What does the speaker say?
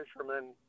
fishermen